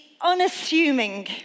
unassuming